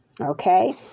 Okay